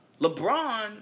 LeBron